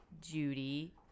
Judy